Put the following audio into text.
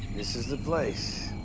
this is the place.